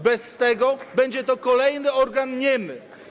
Bez tego będzie to kolejny organ niemy.